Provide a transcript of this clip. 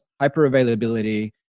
hyper-availability